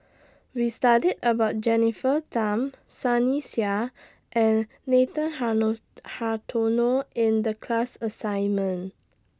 We studied about Jennifer Tham Sunny Sia and Nathan hello Hartono in The class assignment